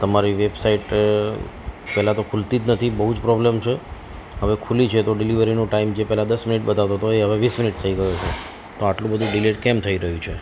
તમારી વેબસાઈટ પહેલા તો ખુલતી જ નથી બહુ જ પ્રોબ્લેમ છે હવે ખુલી છે તો ડિલિવરીનો ટાઈમ જે પહેલા દસ મિનિટ બતાવતો હતો એ હવે વીસ મિનિટ થઈ ગયો છે તો આટલું બધું ડીલે કેમ થઈ રહ્યું છે